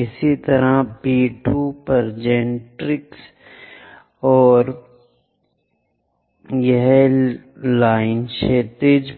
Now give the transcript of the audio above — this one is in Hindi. इसी तरह P 2 पर जेनरेट्रिक्स और यह लाइन क्षैतिज